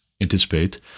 anticipate